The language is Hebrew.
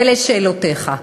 ולשאלותיך,